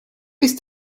ist